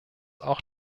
auch